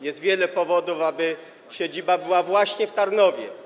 Jest wiele powodów, aby siedziba była właśnie w Tarnowie.